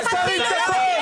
אל תרים את הקול.